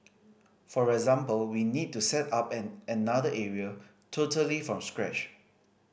for example we need to set up at another area totally from scratch